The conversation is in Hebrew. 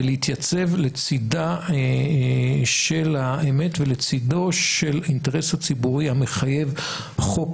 ולהתייצב לצדה של האמת ולצדו של האינטרס הציבורי המחייב חוק